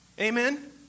Amen